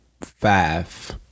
five